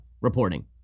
reporting